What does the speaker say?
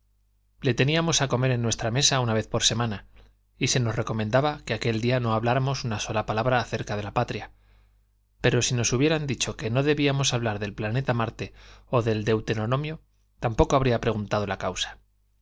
le teníamos a comer en nuestra mesa una vez por semana y se nos recomendaba que aquel día no habláramos una sola palabra acerca de la patria pero si nos hubieran dicho que no debíamos hablar del planeta marte o del deuteronomio tampoco habría preguntado la causa